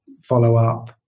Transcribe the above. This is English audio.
follow-up